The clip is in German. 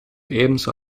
ebenso